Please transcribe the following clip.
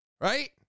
Right